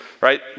right